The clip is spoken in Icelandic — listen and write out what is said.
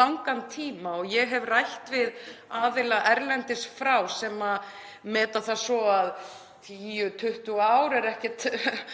langan tíma. Ég hef rætt við aðila erlendis frá sem meta það svo að 10, 20 ár séu ekkert